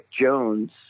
Jones